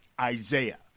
Isaiah